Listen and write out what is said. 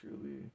truly